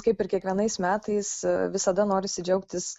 kaip ir kiekvienais metais visada norisi džiaugtis